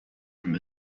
from